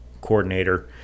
coordinator